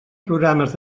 programes